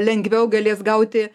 lengviau galės gauti